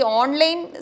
online